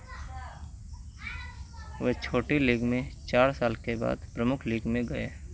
वे छोटी लीग में चार साल के बाद प्रमुख लीग में गए